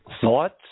thoughts